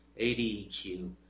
ADEQ